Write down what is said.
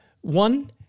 One